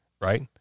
right